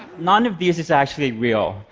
none of these is actually real.